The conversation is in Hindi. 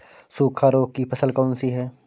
सूखा रोग की फसल कौन सी है?